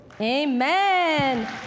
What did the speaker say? amen